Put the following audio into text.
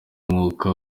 umwuka